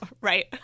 Right